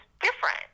different